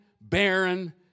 barren